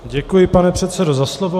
Děkuji, pane předsedo, za slovo.